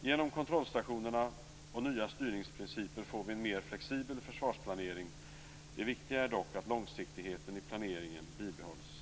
Genom kontrollstationerna och nya styrningsprinciper får vi en mer flexibel försvarsplanering. Det viktiga är dock att långsiktigheten i planeringen bibehålls.